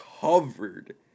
covered